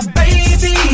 baby